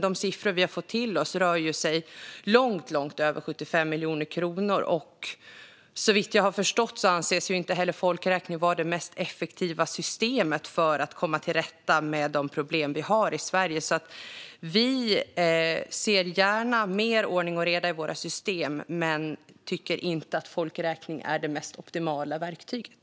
De siffror vi har fått till oss att det skulle röra sig om är långt mer än 75 miljoner kronor. Såvitt jag har förstått anses folkräkning inte heller vara det mest effektiva systemet för att komma till rätta med de problem vi har i Sverige. Vi ser gärna mer ordning och reda i våra system. Men vi tycker inte att folkräkning är det mest optimala verktyget.